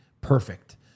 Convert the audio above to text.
perfect